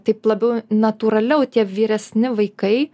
taip labiau natūraliau tie vyresni vaikai